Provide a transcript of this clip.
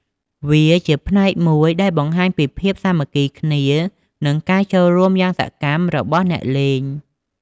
វាជាផ្នែកមួយដែលបង្ហាញពីភាពសាមគ្គីគ្នា និងការចូលរួមយ៉ាងសកម្មរបស់អ្នកលេង។